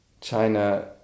China